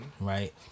right